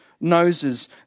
noses